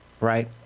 right